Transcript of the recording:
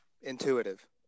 Intuitive